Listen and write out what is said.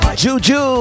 juju